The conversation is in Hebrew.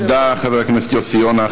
תודה, חבר הכנסת יוסי יונה.